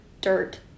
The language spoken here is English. dirt